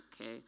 okay